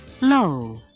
low